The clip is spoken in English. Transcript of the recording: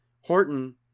Horton